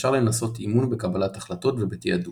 אפשר לנסות אימון בקבלת החלטות ובתעדוף.